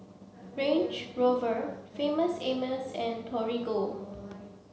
Range Rover Famous Amos and Torigo